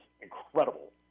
incredible